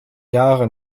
jahre